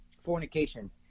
fornication